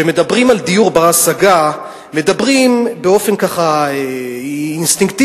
כשמדברים על דיור בר-השגה מדברים באופן אינסטינקטיבי,